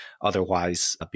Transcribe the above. otherwise